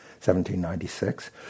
1796